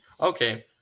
Okay